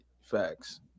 Facts